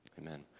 amen